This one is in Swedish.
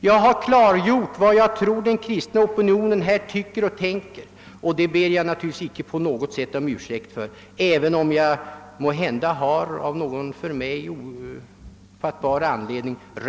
Jag har klargjort vad jag tror den kristna opinionen tycker och tänker i denna sak, och det ber jag naturligtvis inte på något sätt om ursäkt för.